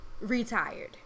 retired